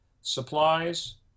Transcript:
supplies